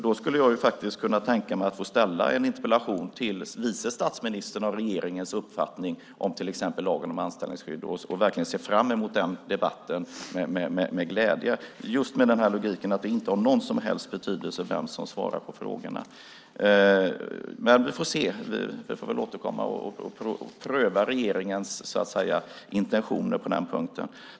Då skulle jag faktiskt kunna tänka mig att ställa en interpellation till vice statsministern om regeringens uppfattning om till exempel lagen om anställningsskydd och verkligen se fram emot den debatten med glädje, just med tanke på den här logiken, att det inte har någon som helst betydelse vem som svarar på frågorna. Men vi får se. Vi får väl återkomma och pröva regeringens intentioner på den punkten.